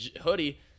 hoodie